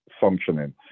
functioning